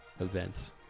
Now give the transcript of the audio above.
Events